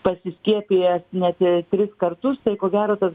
pasiskiepijęs net tris kartus tai ko gero tas